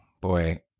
boy